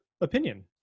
opinion